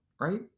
right